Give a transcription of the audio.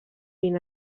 vint